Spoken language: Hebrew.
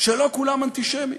שלא כולם אנטישמים,